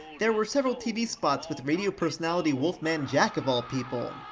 there were several tv spots with radio personality wolfman jack of all people.